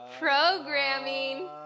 programming